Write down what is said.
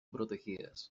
protegidas